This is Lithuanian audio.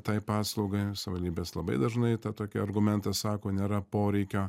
tai paslauga savivaldybės labai dažnai tą tokį argumentą sako nėra poreikio